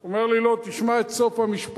הוא אומר לי: לא, תשמע את סוף המשפט,